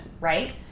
right